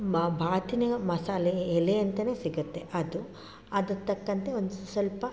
ಮಾ ಬಾತಿನ ಮಸಾಲೆ ಎಲೆ ಅಂತಲೇ ಸಿಗುತ್ತೆ ಅದು ಅದಕ್ಕೆ ತಕ್ಕಂತೆ ಒಂದು ಸ್ವಲ್ಪ